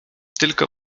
tylko